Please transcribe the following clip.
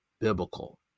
biblical